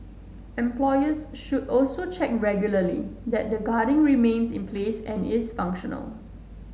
employers should also check regularly that the guarding remains in place and is functional